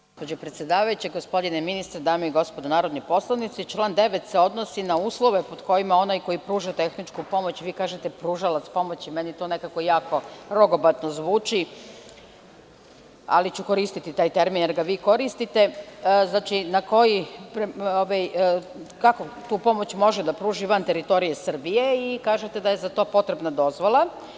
Gospođo predsedavajuća, gospodine ministre, dame i gospodo narodni poslanici, član 9. se odnosi na uslove pod kojim onaj koji pruža tehničku pomoć, vi kažete „pružalac pomoći“, meni to nekako jako rogobatno zvuči, ali ću koristiti taj termin, jer ga vi koristite, znači, kako tu pomoć može da pruži van teritorije Srbije i kažete da je za to potrebna dozvola.